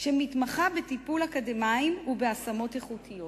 שמתמחה בטיפול באקדמאים ובהשמות איכותיות.